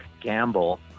gamble